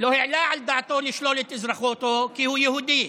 ולא העלה על דעתו לשלול את אזרחותו, כי הוא יהודי.